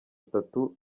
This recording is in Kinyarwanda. itatu